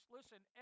Listen